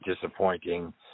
disappointing